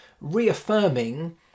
reaffirming